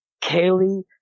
Kaylee